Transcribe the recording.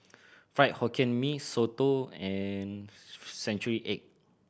Fried Hokkien Mee Soto and century egg